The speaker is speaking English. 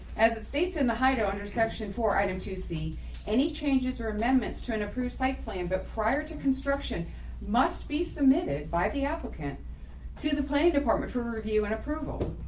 as it states in the hydro under section four item to see any changes or amendments to an approved site plan but prior to construction must be submitted by the applicant to the planning department for review and approval.